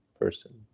person